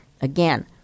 again